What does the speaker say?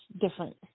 different